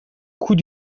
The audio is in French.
coût